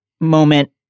moment